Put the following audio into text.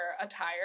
attire